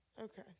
Okay